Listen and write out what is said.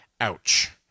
Ouch